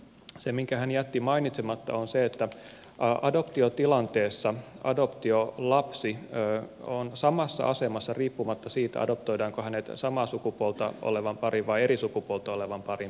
se minkä hän jätti mainitsematta on se että adoptiotilanteessa adoptiolapsi on samassa asemassa riippumatta siitä adoptoidaanko hänet samaa sukupuolta olevan parin vai eri sukupuolta olevan parin perheeseen